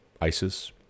ISIS